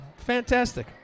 Fantastic